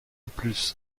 plus